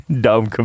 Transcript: Dumb